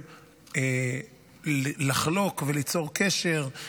וליצור קשר,